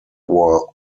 war